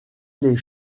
les